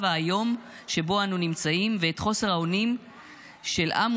האיום שבו אנו נמצאים ואת חוסר האונים של עם,